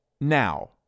now